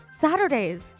Saturdays